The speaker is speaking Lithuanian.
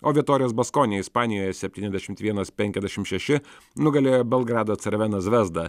o vitorijos baskonia ispanijoje septyniasdešimt vienas penkiasdešimt šeši nugalėjo belgrado crvena zvezda